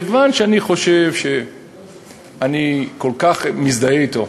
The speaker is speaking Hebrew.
כיוון שאני חושב שאני כל כך מזדהה אתו,